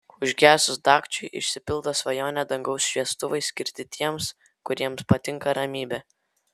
užgesus dagčiui išsipildo svajonė dangaus šviestuvai skirti tiems kuriems patinka ramybė